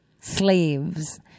Slaves